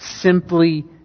simply